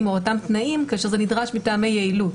או אותם תנאים כאשר זה נדרש מטעמי יעילות,